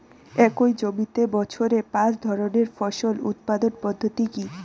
একই জমিতে বছরে পাঁচ ধরনের ফসল উৎপাদন পদ্ধতি কী?